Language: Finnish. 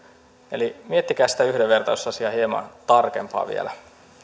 eli miettikää sitä yhdenvertaisuusasiaa hieman tarkemmin vielä